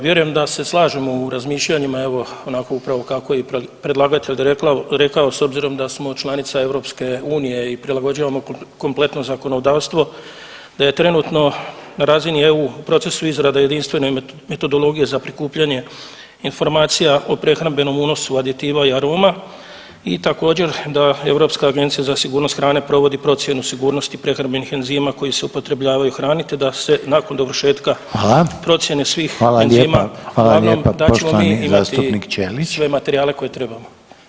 Vjerujem da se slažemo u razmišljanjima, evo onako upravo kako je i predlagatelj rekao s obzirom da smo članica EU i prilagođavamo kompletno zakonodavstvo da je trenutno na razini EU u procesu izrade jedinstvene metodologije za prikupljanje informacija o prehrambenom unosu aditiva i aroma i također da europska Agencija za sigurnost hrane provodi procjenu sigurnosti prehrambenih enzima koji se upotrebljavaju u hrani, te da se nakon dovršetka [[Upadica: Hvala]] procjene svih enzima [[Upadica: Hvala lijepa]] uglavnom dat ćemo mi i sve materijale koje trebamo.